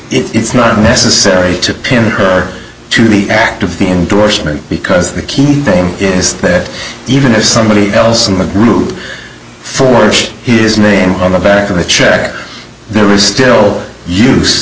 it's not necessary to pin her to the act of the endorsement because the key thing is that even if somebody else in the group forge his name on the back of the check there is